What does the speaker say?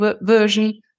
version